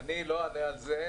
אני לא אענה על זה,